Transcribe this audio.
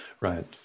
right